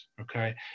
okay